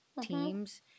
teams